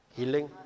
Healing।